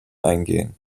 eingehen